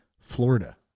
florida